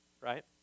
right